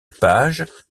page